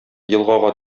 елгага